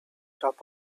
top